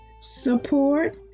support